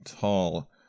tall